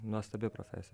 nuostabi profesija